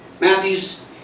Matthew's